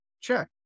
check